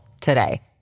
today